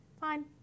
fine